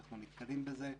אנחנו נתקלים בזה.